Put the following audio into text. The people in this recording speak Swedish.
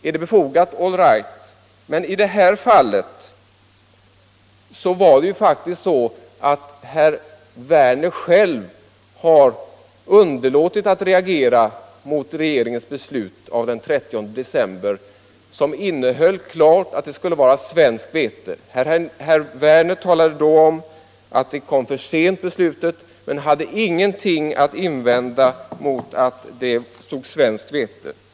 Är den befogad, så all right, men i det här fallet har ju herr Werner själv faktiskt underlåtit att reagera mot regeringens beslut av den 30 december, som klart innefattade att det skulle vara svenskt vete. Herr Werner talade då om att beslutet kom för sent, men han hade ingenting att invända mot att det stod svenskt vete i beslutet.